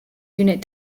unit